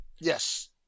Yes